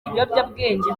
ibiyobyabwenge